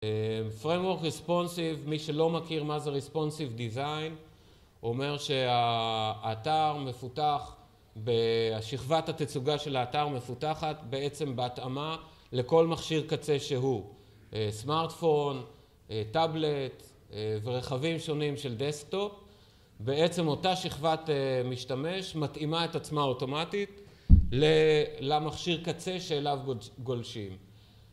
פריימוורק ריספונסיב, מי שלא מכיר מה זה ריספונסיב דיזיין, אומר שהאתר מפותח ב... שכבת התצוגה של האתר מפותחת בעצם בהתאמה לכל מכשיר קצה שהוא. סמארטפון, טאבלט, ורכבים שונים של דסטופ, בעצם אותה שכבת משתמש מתאימה את עצמה אוטומטית למכשיר קצה שאליו גולשים